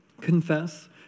confess